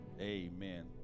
amen